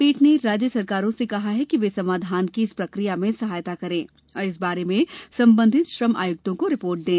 पीठ ने राज्य सरकारों से कहा है कि वे समाधान की इस प्रक्रिया में सहायता करें और इस बारे में संबंधित श्रम आयुक्तों को रिपोर्ट दें